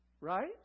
Right